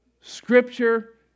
scripture